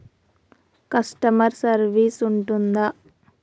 Customer service ఉంటుందా?